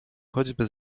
choćby